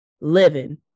living